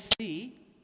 see